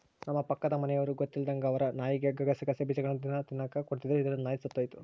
ನಮ್ಮ ಪಕ್ಕದ ಮನೆಯವರು ಗೊತ್ತಿಲ್ಲದಂಗ ಅವರ ನಾಯಿಗೆ ಗಸಗಸೆ ಬೀಜಗಳ್ನ ದಿನ ತಿನ್ನಕ ಕೊಡ್ತಿದ್ರು, ಇದರಿಂದ ನಾಯಿ ಸತ್ತೊಯಿತು